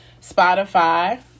Spotify